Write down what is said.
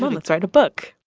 um let's write a book